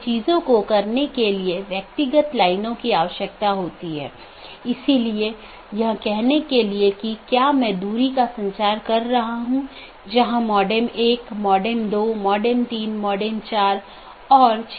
और BGP protocol के तहत एक BGP डिवाइस R6 को EBGP के माध्यम से BGP R1 से जुड़ा हुआ है वहीँ BGP R3 को BGP अपडेट किया गया है और ऐसा ही और आगे भी है